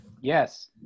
Yes